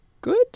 good